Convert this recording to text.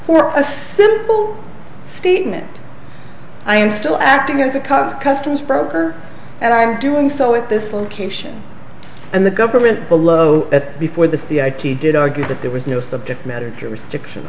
for a simple statement i am still acting as a cop customs broker and i am doing so at this location and the government below before the key did argue that there was no subject matter jurisdiction